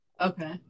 Okay